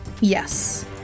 yes